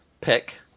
pick